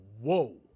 Whoa